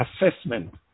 assessment